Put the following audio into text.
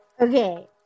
Okay